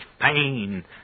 pain